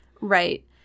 Right